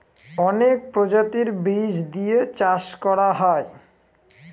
অনেক প্রজাতির বীজ দিয়ে চাষ করা হয়